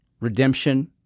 redemption